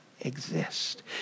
exist